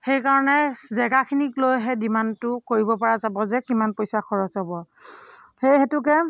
সেইকাৰণে জেগাখিনিক লৈহে ডিমাণ্ডটো কৰিব পৰা যাব যে কিমান পইচা খৰচ হ'ব সেই হেতুকে